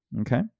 Okay